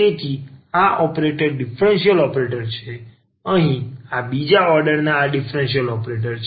તેથી આ ઓપરેટર એક ડીફરન્સીયલ ઓપરેટર છે અહીં આ બીજો ઓર્ડર આ ડીફરન્સીયલ ઓપરેટર છે